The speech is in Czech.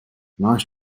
náš